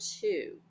two